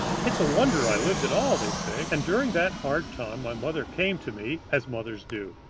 it's a wonder i lived at all, they say, and during that hard time my mother came to me, as mothers do.